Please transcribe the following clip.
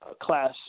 class